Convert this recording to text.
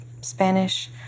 Spanish